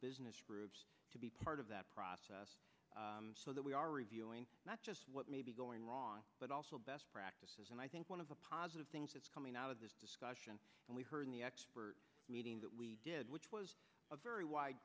business to be part of that process so that we are reviewing not just what may be going wrong but also best practices and i think one of the positive things that's coming out of this discussion and we heard in the meeting that we did which was a very wide